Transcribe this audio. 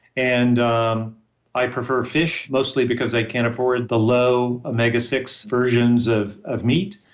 and um i prefer fish mostly because i can't afford the low omega six versions of of meat,